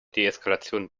deeskalation